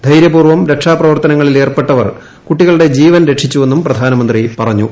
ധൈര്യപൂർവ്വം രക്ഷാപ്രവർത്തനങ്ങളിൽ ഏർപ്പെട്ടവർ കുട്ടികളുടെ ജീവൻ രക്ഷിച്ചുവെന്നും പ്രധാനമന്ത്രി പറഞ്ഞു